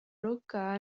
rocca